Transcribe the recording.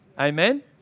Amen